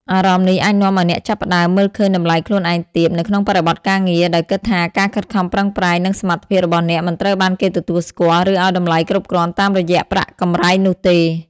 អារម្មណ៍នេះអាចនាំឲ្យអ្នកចាប់ផ្ដើម មើលឃើញតម្លៃខ្លួនឯងទាប នៅក្នុងបរិបទការងារ ដោយគិតថាការខិតខំប្រឹងប្រែង និងសមត្ថភាពរបស់អ្នកមិនត្រូវបានគេទទួលស្គាល់ ឬឲ្យតម្លៃគ្រប់គ្រាន់តាមរយៈប្រាក់កម្រៃនោះទេ។